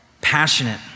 Passionate